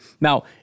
Now